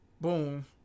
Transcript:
boom